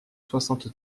soixante